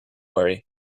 worry